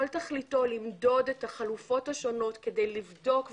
למדוד את החלופות השונות כדי לבדוק,